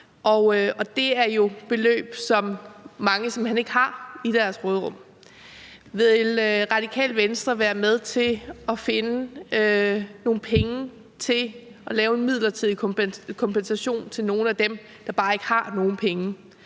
og det er jo et beløb, som mange simpelt hen ikke har i deres råderum. Vil Radikale Venstre være med til at finde nogle penge til at lave en midlertidig kompensation til nogle af dem, der bare ikke har nogen penge?